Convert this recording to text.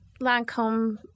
lancome